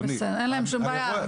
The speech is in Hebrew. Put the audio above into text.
אין להם שום בעיה.